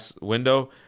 window